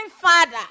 Father